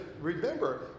remember